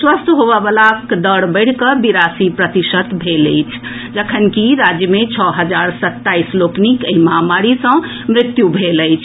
स्वस्थ होबय वलाक दर बढ़िकऽ बिरासी प्रतिशत भऽ गेल अछि जखनकि राज्य मे छओ सय सत्ताईस लोकनिक एहि महामारी सँ मृत्यु भेल अछि